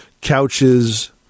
couches